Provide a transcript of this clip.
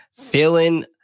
Feeling